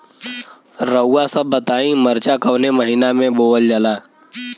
रउआ सभ बताई मरचा कवने महीना में बोवल जाला?